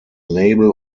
label